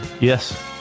Yes